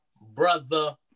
brother